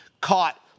caught